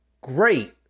great